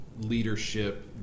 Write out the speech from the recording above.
leadership